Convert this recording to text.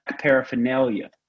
paraphernalia